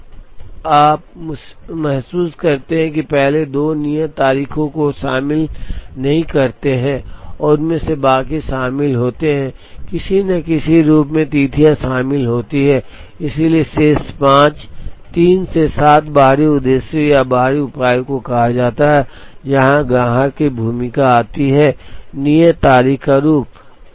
अब आप महसूस करते हैं कि पहले 2 नियत तारीखों को शामिल नहीं करते हैं और उनमें से बाकी शामिल होते हैं किसी न किसी रूप में तिथियां शामिल होती हैं इसलिए शेष पांच 3 से 7 बाहरी उद्देश्यों या बाहरी उपायों को कहा जाता है जहां ग्राहक की भूमिका आती है नियत तारीख का रूप